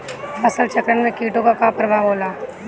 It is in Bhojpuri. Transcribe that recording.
फसल चक्रण में कीटो का का परभाव होला?